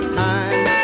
time